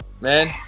man